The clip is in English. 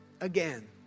again